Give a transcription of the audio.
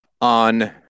on